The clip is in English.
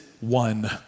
one